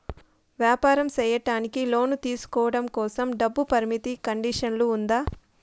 వ్యాపారం సేయడానికి లోను తీసుకోవడం కోసం, డబ్బు పరిమితి కండిషన్లు ఉందా?